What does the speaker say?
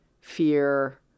fear